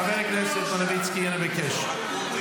חבר הכנסת מלביצקי, אני מבקש.